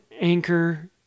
Anchor